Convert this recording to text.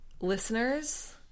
listeners